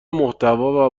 محتوا